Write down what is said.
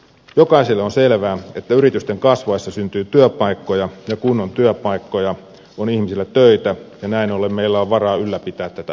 jokaiselle on selvää että yritysten kasvaessa syntyy työpaikkoja ja kun on työpaikkoja on ihmisillä töitä ja näin ollen meillä on varaa ylläpitää tätä hyvinvointiyhteiskuntaamme